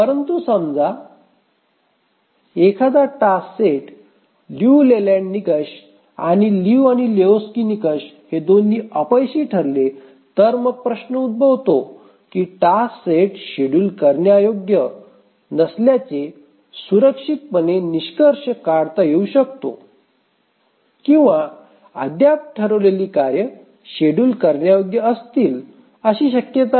परंतु समजा एखादा टास्क सेट लिऊ लेलँड निकष आणि लिऊ आणि लेहोक्स्की निकष हे दोन्ही अपयशी ठरले तर मग प्रश्न उद्भवतो की टास्क सेट शेड्यूल करण्यायोग्य नसल्याचे सुरक्षित पणे निष्कर्ष काढता येऊ शकतो किंवा अद्याप ठरवलेली कार्ये शेड्यूल करण्यायोग्य असतील अशी शक्यता आहे